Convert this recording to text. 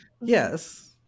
Yes